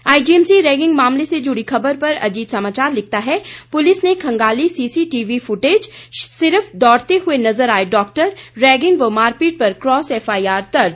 IGMC ragging मामले से जुड़ी खबर पर अजीत समाचार लिखता है पुलिस ने खंगाली सीसीटीवी फुटेज सिर्फ दौड़ते हुए नजर आए डॉक्टर रैंगिग व मारपीट पर कॉस एफआईआर दर्ज